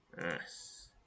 Yes